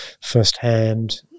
firsthand